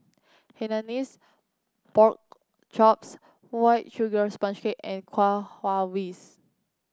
Hainanese Pork Chops White Sugar Sponge Cake and Kuih Kaswi